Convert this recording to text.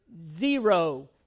zero